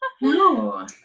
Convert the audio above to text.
No